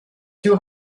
too